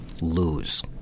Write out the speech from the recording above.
lose